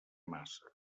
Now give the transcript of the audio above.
massa